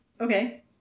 Okay